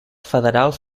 federals